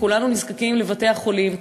כולנו נזקקים לבתי-החולים.